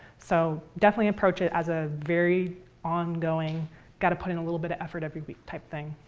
so definitely approach it as a very ongoing got to put in a little bit of effort every week type thing.